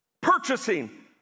purchasing